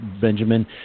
Benjamin